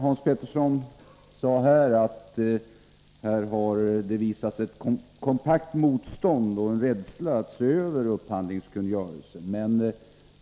Hans Petersson i Hallstahammar sade att det visats ett kompakt motstånd mot och en rädsla för att se över upphandlingskungörelsen.